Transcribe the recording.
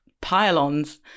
pylons